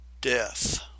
death